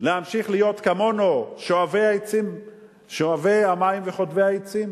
להמשיך להיות כמונו, שואבי המים וחוטבי העצים?